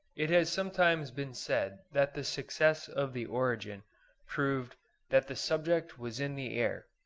it has sometimes been said that the success of the origin proved that the subject was in the air,